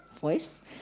voice